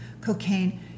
cocaine